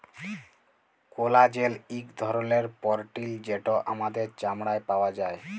collagen ইক ধরলের protein যেট আমাদের চামড়ায় পাউয়া যায়